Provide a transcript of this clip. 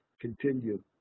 continue